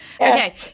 okay